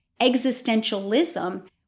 existentialism